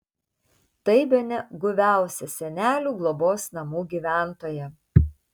tai bene guviausia senelių globos namų gyventoja